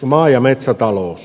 maa ja metsätalous